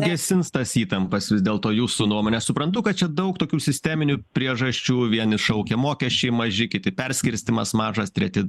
gesins tas įtampas vis dėlto jūsų nuomone suprantu kad čia daug tokių sisteminių priežasčių vieni šaukia mokesčiai maži kiti perskirstymas mažas treti